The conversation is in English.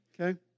Okay